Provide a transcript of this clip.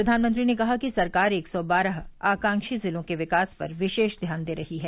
प्रधानमंत्री ने कहा कि सरकार एक सौ बारह आकांक्षी जिलों के विकास पर विशेष ध्यान दे रही है